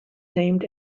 named